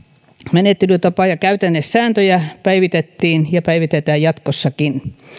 menettelytapa ja käytännesääntöjä päivitettiin ja päivitetään jatkossakin